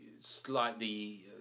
slightly